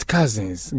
Cousins